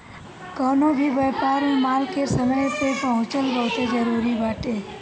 कवनो भी व्यापार में माल के समय पे पहुंचल बहुते जरुरी बाटे